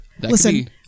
Listen